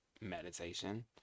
meditation